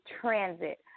transit